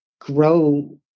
grow